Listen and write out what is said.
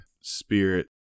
spirit